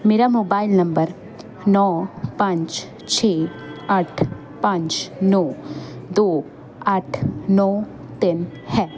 ਮੇਰਾ mobile number ਨੌਂ ਪੰਜ ਛੇ ਅੱਠ ਪੰਜ ਨੌਂ ਦੋ ਅੱਠ ਨੌਂ ਤਿੰਨ ਹੈ